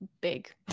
big